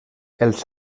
els